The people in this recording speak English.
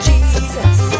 Jesus